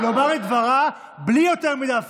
פונים אליי, אני